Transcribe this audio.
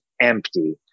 empty